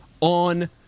on